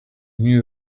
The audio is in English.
knew